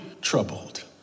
troubled